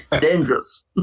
Dangerous